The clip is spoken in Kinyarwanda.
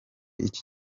iki